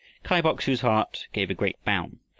kai bok-su's heart gave a great bound.